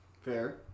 Fair